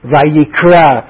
Vayikra